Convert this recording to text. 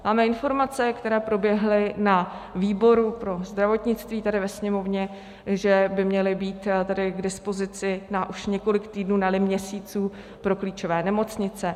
Máme informace, které proběhly na výboru pro zdravotnictví tady ve Sněmovně, že by měly být tedy k dispozici na už několik týdnů, neli měsíců pro klíčové nemocnice.